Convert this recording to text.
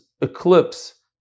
eclipse